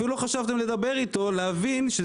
אפילו לא חשבתם לדבר איתו להבין מה הצרכים